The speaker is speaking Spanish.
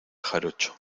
jarocho